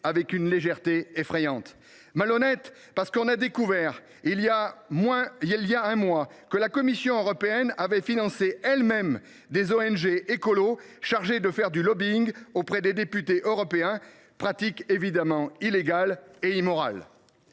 avec une légèreté effrayante ! Et je vous dis “malhonnêtes”, parce qu’on a découvert il y a un mois que la Commission européenne avait financé elle même des ONG écolos chargées de faire du lobbying auprès des députés européens. Une telle pratique est évidemment illégale et immorale.